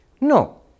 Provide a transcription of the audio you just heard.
No